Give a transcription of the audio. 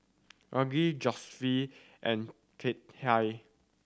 Algie and Cathi